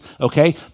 Okay